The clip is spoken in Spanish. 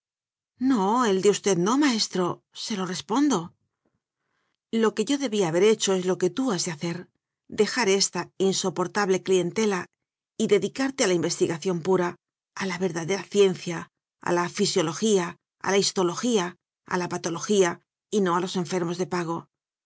no el de usted no maestro se lo res pondo lo que yo debía haber hecho es lo que tú has de hacer dejar esta insoportable clientela y dedicarte a la investigación pura a la ver dadera ciencia a la fisiología a la histología a la patología y no a los enfermos de pago